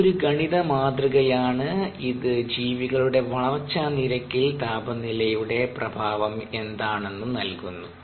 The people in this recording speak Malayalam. ഇത് ഒരു ഗണിത മാതൃകയാണ് ഇത് ജീവികളുടെ വളർച്ചാ നിരക്കിൽ താപനിലയുടെ പ്രഭാവം എന്താണെന്ന് നല്കുന്നു